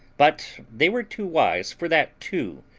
but they were too wise for that too,